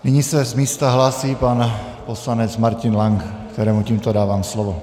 Nyní se z místa hlásí pan poslanec Martin Lank, kterému tímto dávám slovo.